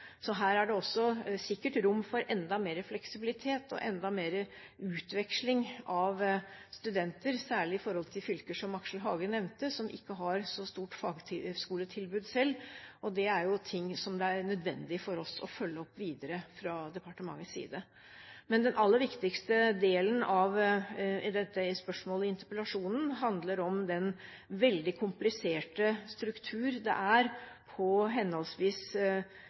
Så her er det sikkert rom for enda mer fleksibilitet og utveksling av studenter, særlig i de fylkene som Aksel Hagen nevnte, som ikke har så stort fagskoletilbud selv. Dette er ting som det er nødvendig for oss å følge opp videre fra departementets side. Men den aller viktigste delen av interpellasjonen handler om den veldig kompliserte struktur det er på henholdsvis